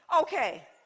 okay